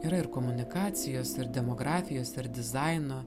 yra ir komunikacijos ir demografijos ir dizaino